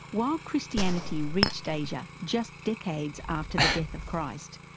while christianity reached asia just decades after the death of christ,